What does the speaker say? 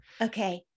Okay